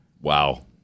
Wow